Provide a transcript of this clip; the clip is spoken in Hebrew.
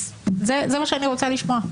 זה מה שאני רוצה לשמוע.